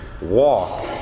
walk